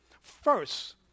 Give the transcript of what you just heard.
first